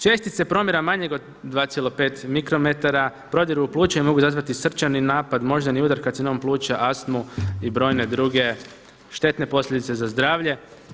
Čestice promjera manjeg od 2,5 mikrometara, prodiru u pluća i mogu izazvati srčani napad, moždani udar, karcinom pluća, astmu i brojne druge štetne posljedice za zdravlje.